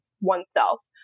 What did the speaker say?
oneself